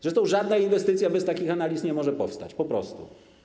Zresztą żadna inwestycja bez takich analiz nie może powstać, po prostu.